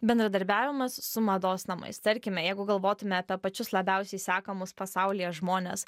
bendradarbiavimas su mados namais tarkime jeigu galvotume apie pačius labiausiai sekamus pasaulyje žmones